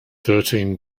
thirteen